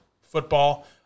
football